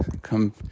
come